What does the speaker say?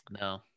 No